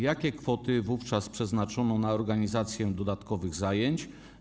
Jakie kwoty wówczas przeznaczono na organizację dodatkowych zajęć?